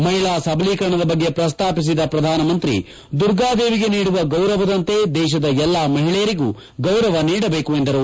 ಮಹಿಳಾ ಸಬಲೀಕರಣದ ಬಗ್ಗೆ ಪ್ರಸ್ತಾಪಿಸಿದ ಪ್ರಧಾನಮಂತ್ರಿ ದುರ್ಗಾದೇವಿಗೆ ನೀಡುವ ಗೌರವದಂತೆ ದೇಶದ ಎಲ್ಲಾ ಮಹಿಳೆಯರಿಗೂ ಗೌರವ ನೀಡಬೇಕು ಎಂದರು